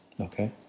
Okay